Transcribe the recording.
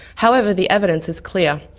however the evidence is clear,